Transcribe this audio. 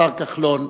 השר כחלון,